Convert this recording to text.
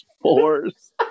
force